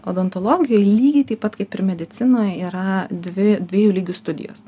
odontologijoj lygiai taip pat kaip ir medicinoj yra dvi dviejų lygių studijos